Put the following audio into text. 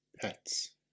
pets